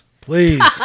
Please